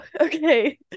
okay